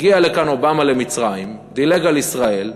הגיע אובמה למצרים, דילג על ישראל,